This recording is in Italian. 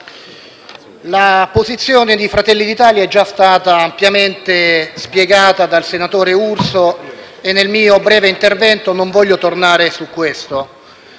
la posizione di Fratelli d'Italia è già stata ampiamente spiegata dal senatore Urso e nel mio breve intervento non voglio tornare su questo.